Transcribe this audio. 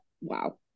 wow